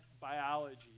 biology